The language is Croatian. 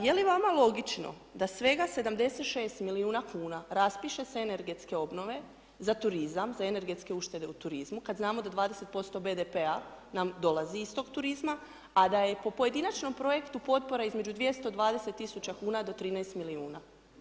Je li vama logično da svega 76 milijuna kuna raspiše se energetske obnove za turizam, za energetske uštede u turizmu, kada znamo da 20% BDP-a nam dolazi iz toga turizma, a da je po pojedinačnom projektu potpora između 220.000,00 kn do 13 milijuna.